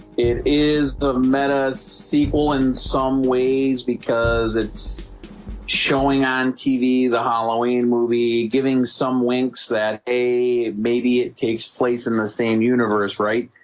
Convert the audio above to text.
it is the meta sequel in some ways because it's showing on tv the halloween movie giving some winks that a maybe it takes place in the same universe right,